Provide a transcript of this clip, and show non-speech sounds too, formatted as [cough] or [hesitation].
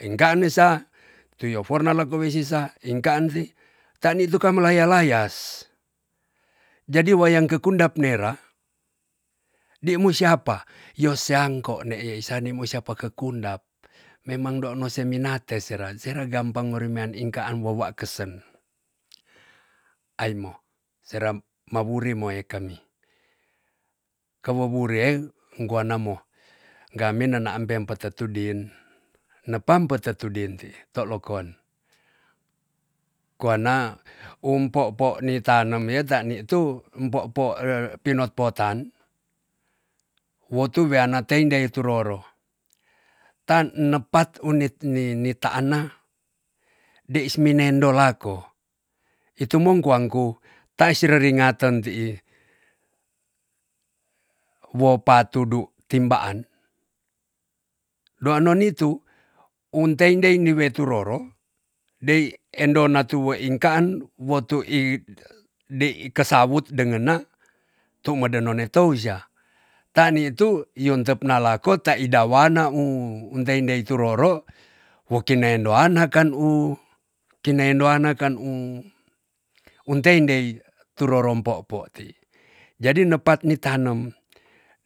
Einkaan esa tu yu vor na leko we sisa inkaan ti. tan ni tu kan melaya layas, jadi wayang kukendap nera di mu siapa yo seangko ne yei sa ni mo syapa kekundap. memang doono si minate sera, sera gampang mo rimean inkaan wo wa kesen aimo sera mawuri moekan mi. kewowure unkua namo game nenaan pem tetudin nepam petetudin ti to lokon kuana um poopo ni tanem ye ta ni tu poopo pinopitan wo tu wean an tendei tu roro. tan nepat uni-ni nitaana dei seminendo lako itumong kuan ku tai sereringaten ti'i wo patudu timbaan duo noni tu un teindei ni we tu roro, dei endona tu weinkaan wo tu i [hesitation] dei kesawut dengena tu medenone tou sia. tan ni tu yon tep nalapko ta ida wana u- un tendei tu roro, wo kineindoana kan u kinendoana kan u tendei tu rorom poopo ti. jadi nepat ni tanem